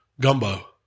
Gumbo